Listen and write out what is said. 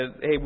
hey